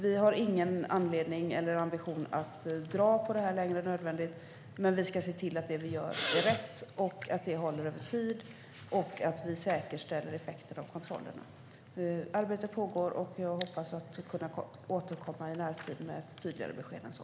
Vi har ingen anledning eller ambition att dra ut på det här längre än nödvändigt, men vi ska se till att det vi gör blir rätt och håller över tid och att vi säkerställer effekterna av kontrollerna. Arbetet pågår. Jag hoppas kunna återkomma i närtid med ett tydligare besked än så.